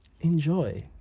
enjoy